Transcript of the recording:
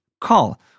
call